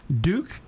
Duke